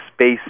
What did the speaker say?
Space